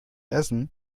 essen